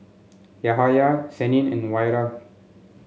Yahaya Senin and Wira